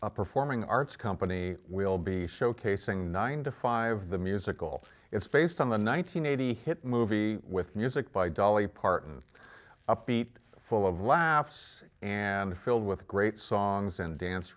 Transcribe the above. a performing arts company will be showcasing nine to five the musical it's based on the nine hundred eighty hit movie with music by dolly parton upbeat full of laughs and filled with great songs and dance